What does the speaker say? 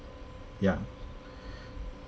ya